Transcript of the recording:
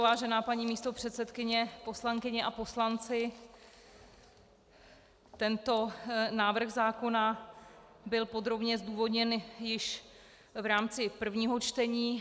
Vážená paní místopředsedkyně, poslankyně a poslanci, tento návrh zákona byl podrobně zdůvodněn již v rámci prvního čtení.